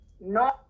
No